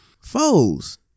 Foes